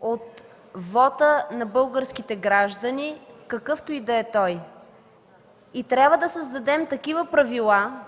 от вота на българските граждани, какъвто и да е той. И трябва да създадем такива правила,